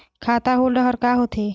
खाता होल्ड हर का होथे?